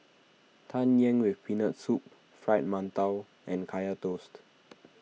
Tang Yuen with Peanut Soup Fried Mantou and Kaya Toast